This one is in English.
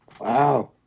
Wow